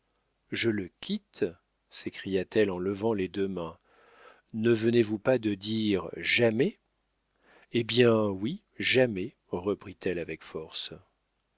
je le quitte s'écria-t-elle en levant les deux mains ne venez-vous pas de dire jamais eh bien oui jamais reprit-elle avec force